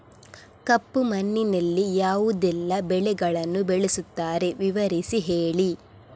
ಕಪ್ಪು ಮಣ್ಣಿನಲ್ಲಿ ಯಾವುದೆಲ್ಲ ಬೆಳೆಗಳನ್ನು ಬೆಳೆಸುತ್ತಾರೆ ವಿವರಿಸಿ ಹೇಳಿ